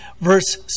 verse